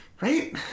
Right